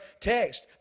text